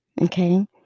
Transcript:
okay